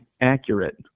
accurate